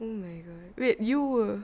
oh my god wait you were